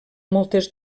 moltes